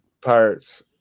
Pirates